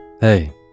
Hey